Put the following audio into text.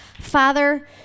Father